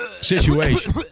situation